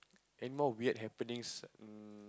anymore weird happenings um